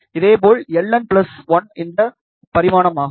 இதேபோல் Ln1 இந்த பரிமாணமாகும்